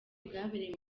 bwabereye